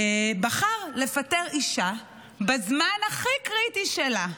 בחר לפטר אישה בזמן הכי קריטי שלה.